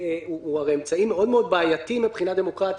הוא הרי אמצעי מאוד בעייתי מבחינה דמוקרטית,